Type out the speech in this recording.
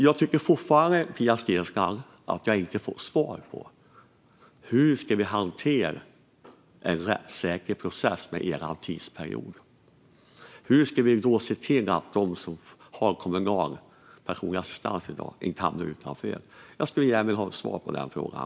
Jag tycker fortfarande att jag inte får svar på hur vi med er tidsperiod ska hantera en rättssäker process, Pia Steensland. Hur ska vi se till att de som i dag har kommunal personlig assistans inte hamnar utanför? Jag vill gärna få svar på den frågan.